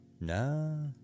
no